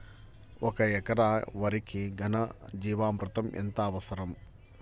ఒక ఎకరా వరికి ఘన జీవామృతం ఎంత అవసరం?